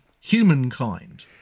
humankind